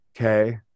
Okay